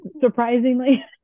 surprisingly